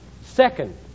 second